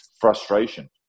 frustration